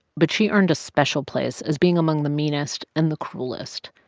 but she earned a special place as being among the meanest and the cruelest.